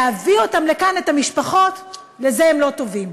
להביא אותן לכאן, את המשפחות, לזה הם לא טובים.